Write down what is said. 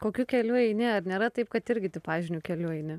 kokiu keliu eini ar nėra taip kad irgi tipažiniu keliu eini